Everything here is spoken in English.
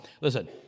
Listen